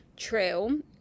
True